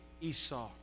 Esau